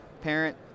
parent